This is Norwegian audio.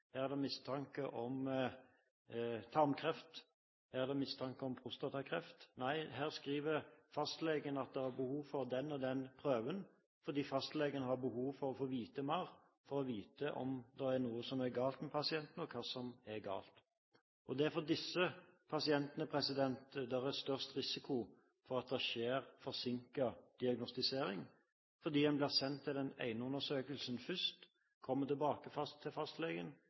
er det mistanke om tarmkreft, her er det mistanke om prostatakreft – nei, her skriver fastlegen at det er behov for den og den prøven, fordi fastlegen har behov for å få vite mer, for å vite om det er noe galt med pasienten, og hva som er galt. Det er for disse pasientene det er størst risiko for at det skjer forsinket diagnostisering, fordi man blir sendt til den ene undersøkelsen først, kommer tilbake til fastlegen,